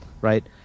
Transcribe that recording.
right